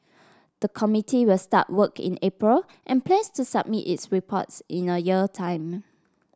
the committee will start work in April and plans to submit its reports in a year time